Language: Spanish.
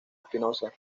espinoza